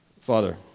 Father